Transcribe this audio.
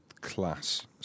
class